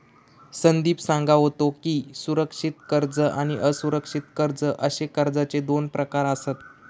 संदीप सांगा होतो की, सुरक्षित कर्ज आणि असुरक्षित कर्ज अशे कर्जाचे दोन प्रकार आसत